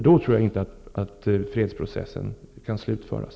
Då tror jag inte att fredsprocessen kan slutföras.